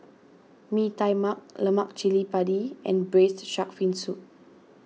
Mee Tai Mak Lemak Cili Padi and Braised Shark Fin Soup